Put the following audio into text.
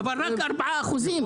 אבל רק ארבעה אחוזים.